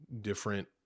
different